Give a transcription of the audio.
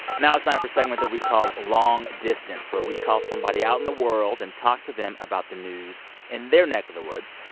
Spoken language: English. now it's time for a segment that we call long distance. where we call somebody out in the world and talk to them about the news in their neck of the woods.